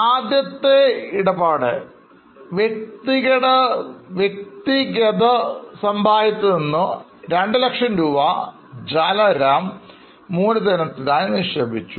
ആദ്യത്തെ ഇടപാട് വ്യക്തിഗത സമ്പാദ്യത്തിൽനിന്ന് 200000 രൂപ Jala Ram മൂലധനത്തിനായി നിക്ഷേപിച്ചു